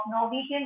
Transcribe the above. Norwegian